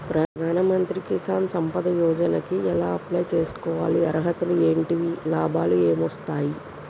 ప్రధాన మంత్రి కిసాన్ సంపద యోజన కి ఎలా అప్లయ్ చేసుకోవాలి? అర్హతలు ఏంటివి? లాభాలు ఏమొస్తాయి?